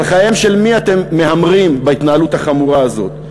על חייהם של מי אתם מהמרים בהתנהלות החמורה הזאת?